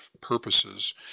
purposes